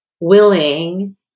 willing